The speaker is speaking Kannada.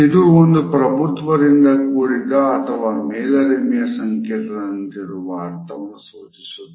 ಇದು ಒಂದು ಪ್ರಭುತ್ವದಿಂದ ಕೂಡಿದ ಅಥವಾ ಮೇಲರಿಮೆಯ ಸಂಕೇತದಂತಿರುವ ಅರ್ಥವನ್ನು ಸೂಚಿಸುತ್ತದೆ